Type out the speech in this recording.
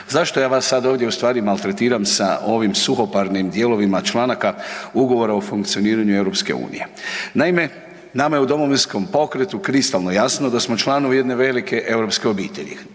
Zašto ja vas sada ovdje ustvari maltretiram sa ovim suhoparnim dijelovima članaka Ugovora o funkcioniranju Europske unije? Naime nama je u Domovinskom pokretu kristalno jasno da smo članovi jedne velike europske obitelji.